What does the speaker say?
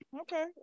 Okay